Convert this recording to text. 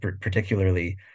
particularly